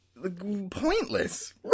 pointless